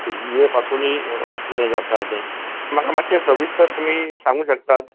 ते बिंये पासूनय कितें जाता तें म्हाका मातशें सविस्तर तुमी सांगू शकतात